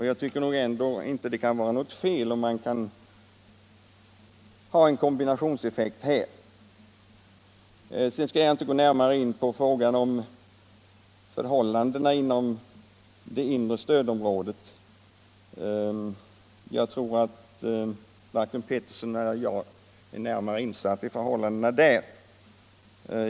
Jag tycker ändå inte att det kan vara något fel om man når en kombinationseffekt här. Jag skall inte gå närmare in på frågan om förhållandena inom det inre stödområdet. Jag tror att varken herr Pettersson eller jag är närmare insatta i förhållandena där.